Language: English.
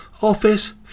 office